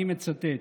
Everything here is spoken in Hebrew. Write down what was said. אני מצטט: